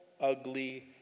ugly